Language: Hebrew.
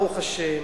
ברוך השם,